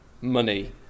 money